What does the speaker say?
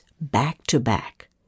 back-to-back